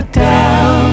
down